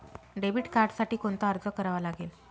Debit कार्डसाठी कोणता अर्ज करावा लागेल?